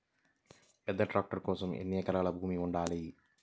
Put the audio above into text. పెద్ద ట్రాక్టర్ కోసం ఎన్ని ఎకరాల భూమి ఉండాలి?